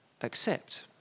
accept